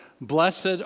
blessed